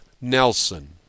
nelson